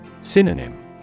Synonym